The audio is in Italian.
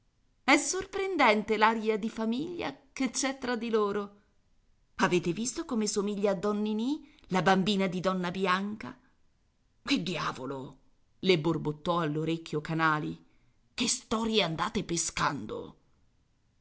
è sorprendente l'aria di famiglia che c'è fra di loro avete visto come somiglia a don ninì la bambina di donna bianca che diavolo le borbottò all'orecchio canali che storie andate pescando